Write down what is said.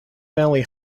valley